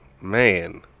Man